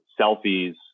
selfies